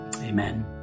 amen